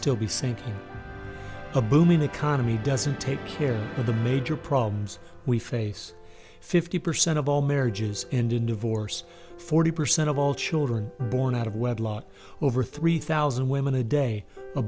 still be saying a booming economy doesn't take care of the major problems we face fifty percent of all marriages end in divorce forty percent of all children born out of wedlock over three thousand women a day a